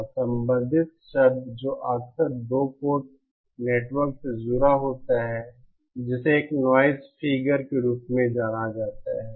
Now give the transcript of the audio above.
और संबंधित शब्द जो अक्सर 2 पोर्ट नेटवर्क से जुड़ा होता है जिसे एक नॉइज़ फिगर के रूप में जाना जाता है